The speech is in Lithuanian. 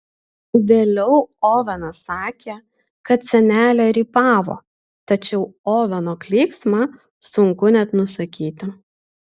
vėliau ovenas sakė kad senelė rypavo tačiau oveno klyksmą sunku net nusakyti